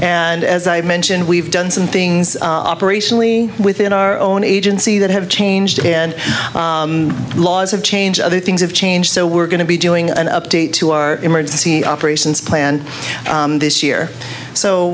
and as i mentioned we've done some things operationally within our own agency that have changed and laws have changed other things have changed so we're going to be doing an update to our emergency operations planned this year so